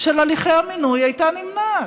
של הליכי המינוי הייתה נמנעת.